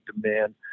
demand